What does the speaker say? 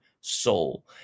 soul